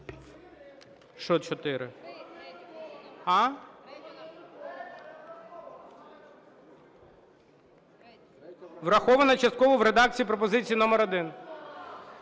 Врахована частково в редакції пропозиції номер 1.